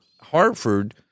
Hartford